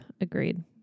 agreed